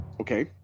Okay